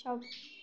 সব